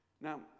Now